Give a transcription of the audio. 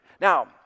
now